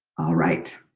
right.